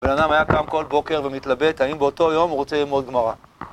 בן אדם היה קם כל בוקר ומתלבט, האם באותו יום הוא רוצה ללמוד גמרא